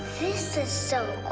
this is so